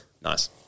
Nice